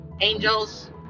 angels